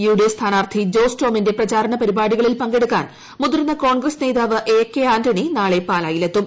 U D F സ്ഥാനാർത്ഥി ജോസ് ടോമിന്റെ പ്രചാരണ പരിപാടികളിൽ പങ്കെടുക്കാൻ മുതിർന്ന കോൺഗ്രസ് നേതാവ് എ കെ ആന്റണി നാളെ പാലായിലെത്തും